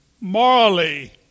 morally